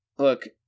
Look